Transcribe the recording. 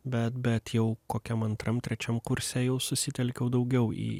bet bet jau kokiam antram trečiam kurse jau susitelkiau daugiau į